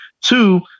two